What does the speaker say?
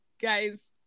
guys